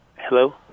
Hello